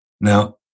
Now